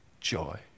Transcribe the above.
Joy